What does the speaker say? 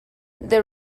this